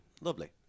Lovely